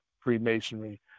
Freemasonry